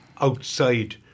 outside